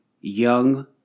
young